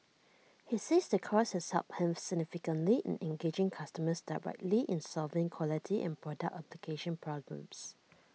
he says the course has helped him significantly in engaging customers directly in solving quality and product application problems